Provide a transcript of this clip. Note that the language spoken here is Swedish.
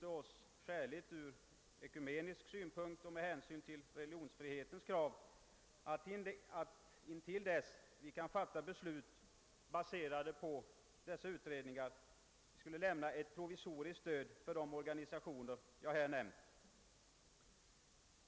Det synes oss därför skäligt ur ekumenisk synpunkt och med hänsyn till religionsfrihetens krav att, intill dess vi kan fatta beslut baserade på dessa utredningar, lämna ett provisoriskt stöd till de organisationer jag här har nämnt.